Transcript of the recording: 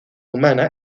humana